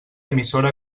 emissora